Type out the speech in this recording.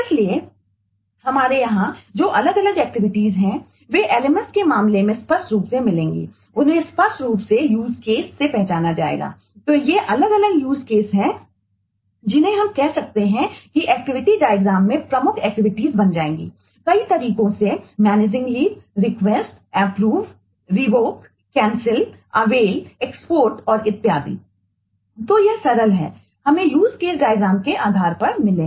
इसलिए हमारे यहां जो अलग अलग एक्टिविटीजके आधार पर मिले हैं